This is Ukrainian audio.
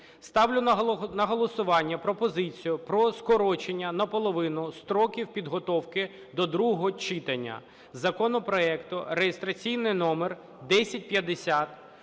ставлю на голосування пропозицію про скорочення на половину строків підготовки до другого читання законопроекту, реєстраційний номер 1050,